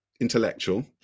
intellectual